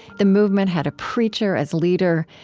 the movement had a preacher as leader.